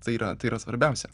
tai yra tai yra svarbiausia